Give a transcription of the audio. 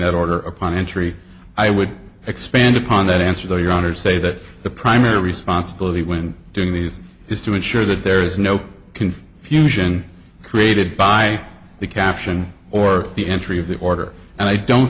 that order upon entry i would expand upon that answer your honor say that the primary responsibility when doing these is to ensure that there is no confusion created by the caption or the entry of the order and i don't